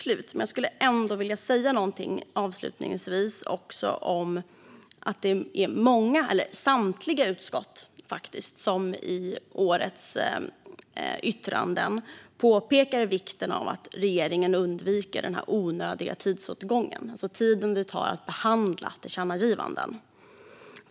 Låt mig också säga att samtliga utskott i årets yttranden påpekar vikten av att regeringen undviker onödig tidsåtgång när det gäller att behandla tillkännagivanden.